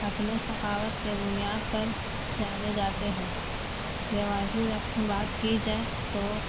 اپنے ثقاوت کے بنیاد پر جانے جاتے ہیں روایتی رقص کی بات کی جائے تو